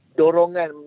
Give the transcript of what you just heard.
dorongan